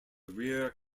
rear